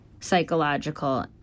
psychological